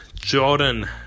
jordan